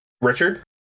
richard